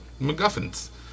MacGuffins